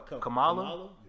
Kamala